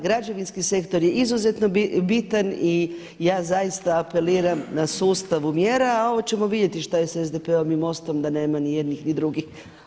Građevinski sektor je izuzetno bitan i ja zaista apeliram na sustavu mjera a ovo ćemo vidjeti što je sa SDP-om i MOST-om da nema ni jednih ni drugih.